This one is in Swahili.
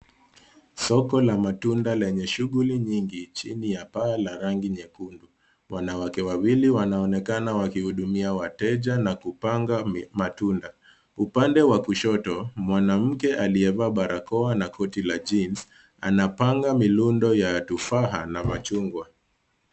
Soko la matunda lenye shughuli nyingi chini ya paa la rangi nyekundu. Wanawake wawili wanaonekana wakihudumia wateja na kupanga matunda. Upande wa kushoto, mwanamke aliyevaa barakoa na koti la jeans anapanga mirundo ya tufaha na machungwa.